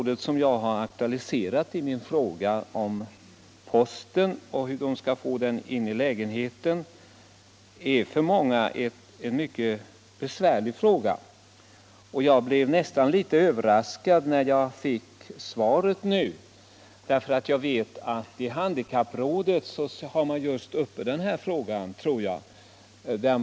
Detta som jag har aktualiserat i min fråga — hur de handikappade skall få posten in i lägenheten — är för många ett besvärligt problem. Jag blir nästan litet överraskad när jag fick statsrådets svar, eftersom jag vet att man i handikapprådet just har frågan om denna service uppe till behandling.